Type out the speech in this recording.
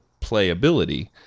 playability